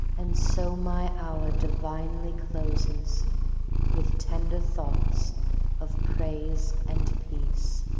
and so my hour divinely closes with tender thoughts of praise and peace.